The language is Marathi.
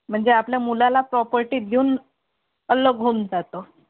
म्हणजे आपलं मुलाला प्रॉपर्टी देऊन अलग होऊन जातो